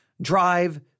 drive